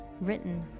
Written